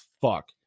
fuck